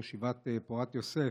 ראש הישיבה פורת יוסף,